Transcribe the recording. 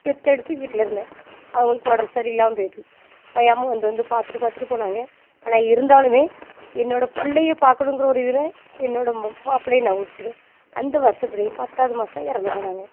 பெற்றெடுத்து வீட்டில் இருந்தேன் அவங்களுக்கு உடம்பு சரியில்லாமல் போயிட்டு ஓயாமல் வந்து வந்து பார்த்துட்டு பார்த்துட்டு போனாங்க ஆனால் இருந்தாலும் என்னோடய பிள்ளைய பார்க்கணுங்கிற ஒரு இதில் என்னோடய மா மாப்பிள்ளை நான் விட்டேன் அந்த வருஷத்துலே பத்தாவது மாசம் இறந்து போனாங்க